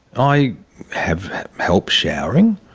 i have help showering,